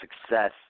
success